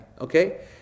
Okay